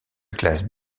classe